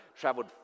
traveled